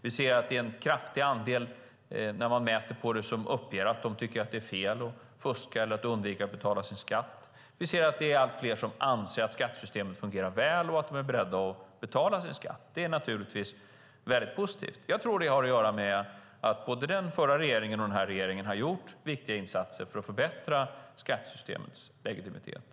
Vi ser vid mätningar att det är en stor andel som uppger att de tycker att det är fel att fuska eller att undvika att betala sin skatt. Vi ser att det är allt fler som anser att skattesystemet fungerar väl, och de är beredda att betala sin skatt. Det är naturligtvis positivt. Jag tror att det har att göra med att både den förra regeringen och den här regeringen har gjort viktiga insatser för att förbättra skattesystemets legitimitet.